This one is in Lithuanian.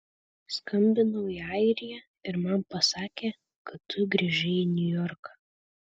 skambinau į airiją ir man pasakė kad tu grįžai į niujorką